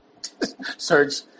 Serge